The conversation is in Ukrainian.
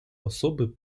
особи